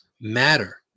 matter